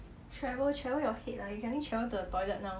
travel travel your head lah you can only travel to the toilet now